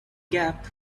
gap